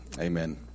amen